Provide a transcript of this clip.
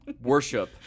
Worship